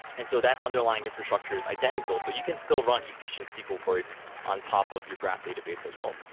and so that underlying infrastructure is identical so you can still run efficient sql queries on top of your graph database as well.